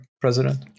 President